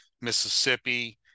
Mississippi